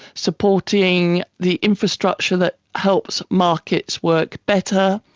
supporting the infrastructure that helps markets work better.